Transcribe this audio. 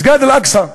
מסגד אל-אקצא,